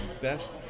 best